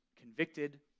convicted